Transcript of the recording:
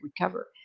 recover